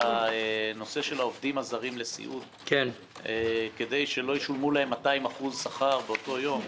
הנושא של העובדים הזרים לסיעוד כדי שלא ישלמו להם 200% שכר באותו יום,